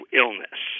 illness